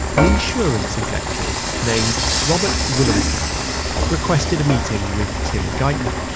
an insurance executive named robert willemstad requested a meeting with tim geithner.